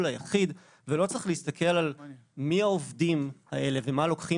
היחיד ולא צריך להסתכל על מי העובדים האלה ומה לוקחים